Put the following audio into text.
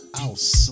house